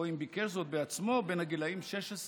או אם ביקש זאת בעצמו בין הגילים 16 ו-22.